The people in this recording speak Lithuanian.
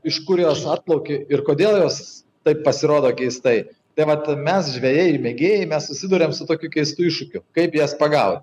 iš kur jos atplaukė ir kodėl jos taip pasirodo keistai tai vat mes žvejai mėgėjai mes susiduriam su tokiu keistu iššūkiu kaip jas pagauti